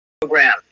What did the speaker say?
program